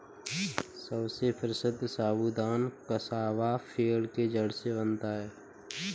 सबसे प्रसिद्ध साबूदाना कसावा पेड़ के जड़ से बनता है